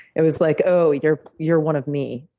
it was, like, oh, you're you're one of me.